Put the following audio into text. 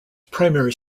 primary